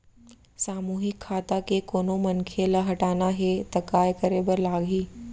सामूहिक खाता के कोनो मनखे ला हटाना हे ता काय करे बर लागही?